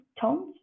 tones